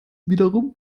wiederum